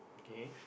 okay